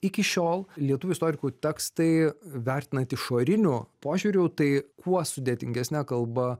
iki šiol lietuvių istorikų tekstai vertinant išoriniu požiūriu tai kuo sudėtingesne kalba